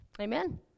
Amen